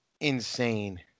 insane